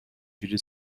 جوری